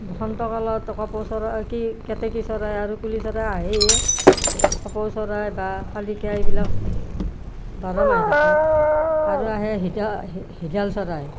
বসন্ত কালত কপৌ চৰাই কি কেতেকী চৰাই আৰু কুলি চৰাই আহেই কপৌ চৰাই বা শালিকা এইবিলাক বাৰ মাহে থাকে আৰু আহে হি চৰাই